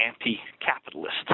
anti-capitalist